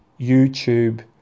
YouTube